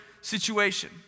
situation